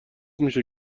میشه